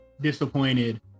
disappointed